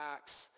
Acts